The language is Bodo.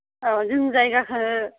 औ जों जायगाखौ